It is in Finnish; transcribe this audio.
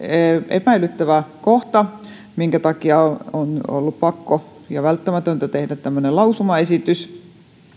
epäilyttävä kohta minkä takia on ollut pakko ja välttämätöntä tehdä tämmöinen lausumaesitys